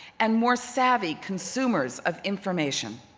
and more savvy consumers of information.